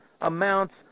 amounts